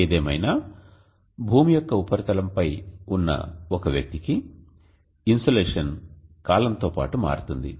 ఏదేమైనా భూమి యొక్క ఉపరితలంపై ఉన్న ఒక వ్యక్తికి ఇన్సోలేషన్ కాలంతో పాటు మారుతుంది